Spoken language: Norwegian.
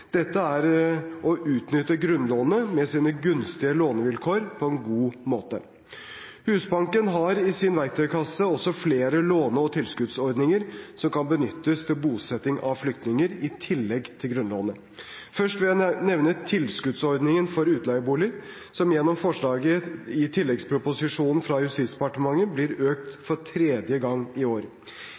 Dette er å utnytte grunnlånet, med sine gunstige lånevilkår, på en god måte. Husbanken har i sin verktøykasse også flere låne- og tilskuddsordninger som kan benyttes til bosetting av flyktninger i tillegg til grunnlånet. Først vil jeg nevne tilskuddsordningen for utleieboliger, som gjennom forslaget i tilleggsproposisjonen fra Justisdepartementet blir økt for tredje gang i år.